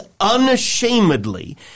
unashamedly